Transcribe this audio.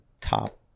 top